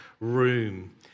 room